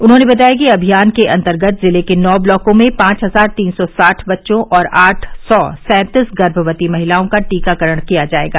उन्होंने बताया कि अभियान के अंतर्गत जिले के नौ ब्लॉकों में पांच हजार तीन सौ साठ बच्चों और आठ सौ सैंतीस गर्मवती महिलाओं का टीकाकरण किया जाएगा